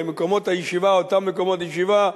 מקומות הישיבה אותם מקומות ישיבה,